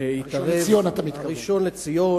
שהתערב, הראשון-לציון, אתה מתכוון.